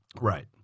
Right